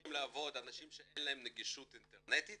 ממשיכים לעבוד, אנשים שאין להם נגישות אינטרנטית